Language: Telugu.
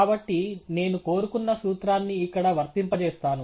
కాబట్టి నేను కోరుకున్న సూత్రాన్ని ఇక్కడ వర్తింపజేస్తాను